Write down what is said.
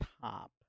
Top